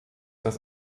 das